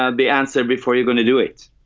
ah the answer before you're going to do it.